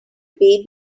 baby